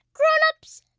grown-ups,